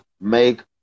make